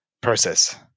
process